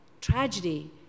tragedy